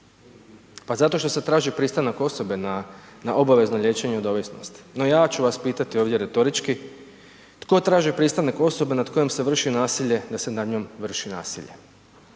Pa zato što se traži pristanak osobe na obavezno liječenje od ovisnosti. No ja ću vas pitati ovdje retorički tko traži pristanak osobe nad kojom se vrši nasilje da se na njom vrši nasilje.